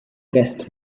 rest